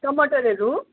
टमाटरहरू